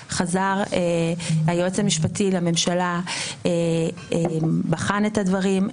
היועץ המשפטי לממשלה בחן את הדברים,